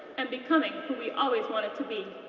and becoming who we always wanted to be,